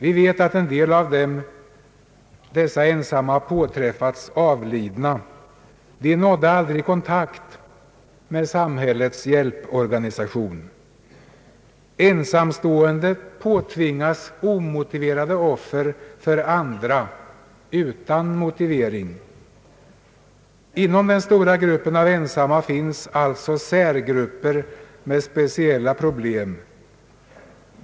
Vi vet att några av dessa ensamma har påträffats avlidna. De nådde aldrig kontakt med samhällets hjälporganisation. Ensamstående påtvingas omotiverade offer för andra. Inom den stora gruppen av ensamma finns alltså särgrupper med speciella problem.